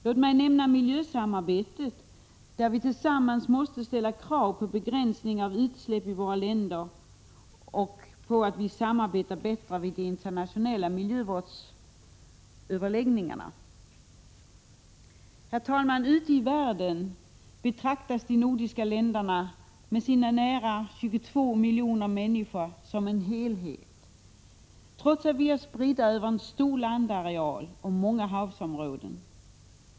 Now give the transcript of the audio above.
Låt mig till slut nämna miljösamarbetet, där vi tillsammans måste ställa krav på begränsning av utsläpp i våra länder och samarbeta bättre vid internationella miljövårdsöverläggningar. Herr talman! Ute i världen betraktas de nordiska länderna med sina nära 22 miljoner människor som en helhet, trots att vi är spridda över en stor landareal och många havsområden.